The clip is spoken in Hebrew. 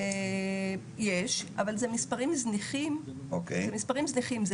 יש, אבל זה מספרים זניחים, זה